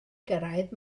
gyrraedd